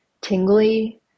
tingly